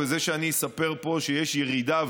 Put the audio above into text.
וזה שאני אספר פה שיש ירידה,